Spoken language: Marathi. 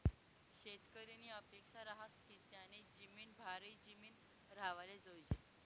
शेतकरीनी अपेक्सा रहास की त्यानी जिमीन भारी जिमीन राव्हाले जोयजे